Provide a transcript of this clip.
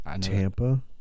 Tampa